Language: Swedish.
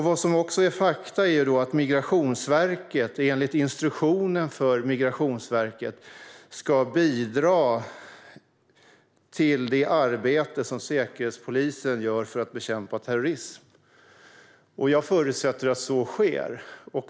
Vad som också är fakta är att Migrationsverket enligt instruktionerna ska bidra till det arbete som Säkerhetspolisen gör för att bekämpa terrorism. Jag förutsätter att så sker.